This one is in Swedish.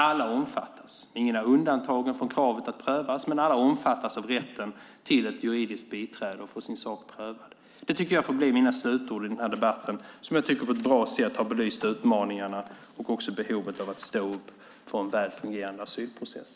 Alla omfattas. Ingen är undantagen från kravet att prövas, men alla omfattas av rätten till juridiskt biträde och av att få sin sak prövad. Det får bli mina slutord i den här debatten, som jag tycker på ett bra sätt har belyst utmaningarna och behovet av att stå upp för en väl fungerande asylprocess.